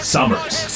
Summers